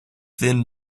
thin